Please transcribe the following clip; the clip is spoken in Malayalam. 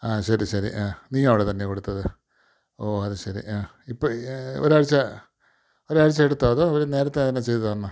ആ ശരി ശരി ആ നീയവിടെ തന്നെ കൊടുത്തത് ഓഹ് അതുശരി ആ ഇപ്പം ഈ ഒരാഴ്ചച്ച ഒരാഴ്ചച്ച എടുത്തോ അതോ ഇവിടെ നിന്ന് നേരത്തെ തന്നെ ചെയ്തു തന്നോ